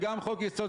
גם אני התאכזבתי.